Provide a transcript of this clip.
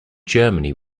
germany